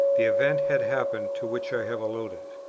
the event had happened to which i have alluded.